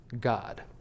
god